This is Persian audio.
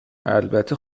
البته